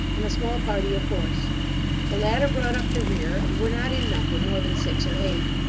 and a small party of horse the latter brought up the rear, and were not in number more than six or eight.